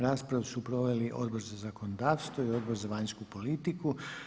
Raspravu su proveli Odbor za zakonodavstvo i Odbor za vanjsku politiku.